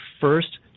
first